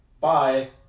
bye